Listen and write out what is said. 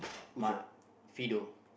my Fido